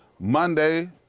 Monday